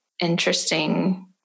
Interesting